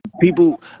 people